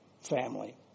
family